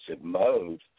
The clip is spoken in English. mode